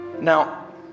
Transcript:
Now